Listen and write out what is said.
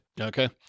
Okay